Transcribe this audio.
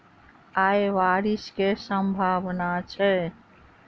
आय बारिश केँ सम्भावना छै?